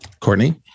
Courtney